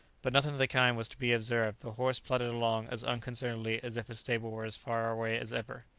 but nothing of the kind was to be observed the horse plodded along as unconcernedly as if a stable were as far away as ever.